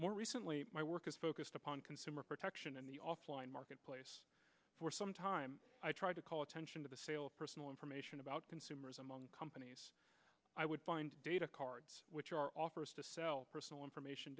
more recently my work has focused upon consumer protection and the offline marketplace for some time i tried to call attention to the sale of personal information about consumers among companies i would find data cards which are personal information